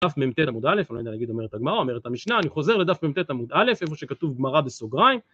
דף מ"ט עמוד א', אומרת הגמרא אומרת המשנה, אני חוזר לדף מ"ט עמוד א', איפה שכתוב גמרא בסוגריים